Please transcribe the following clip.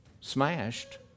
smashed